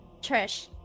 Trish